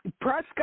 Prescott